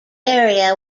area